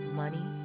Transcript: money